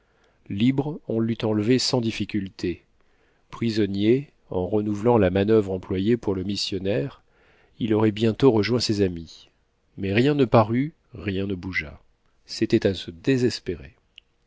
libre on l'eut enlevé sans difficulté prisonnier en renouvelant la manuvre employée pour le missionnaire il aurait bientôt rejoint ses amis mais rien ne parut rien ne bougea c'était à se désespérer